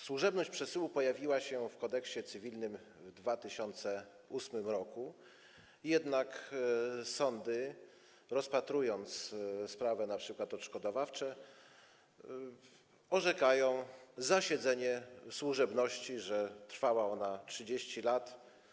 Służebność przesyłu pojawiła się w Kodeksie cywilnym w 2008 r., jednak sądy, rozpatrując np. sprawy odszkodowawcze, orzekają zasiedzenie służebności, że trwała ona 30 lat.